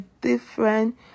different